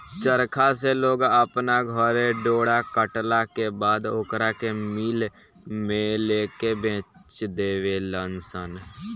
चरखा से लोग अपना घरे डोरा कटला के बाद ओकरा के मिल में लेके बेच देवे लनसन